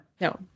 No